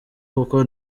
kuko